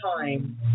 time